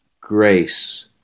grace